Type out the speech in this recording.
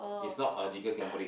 it's not a legal gambling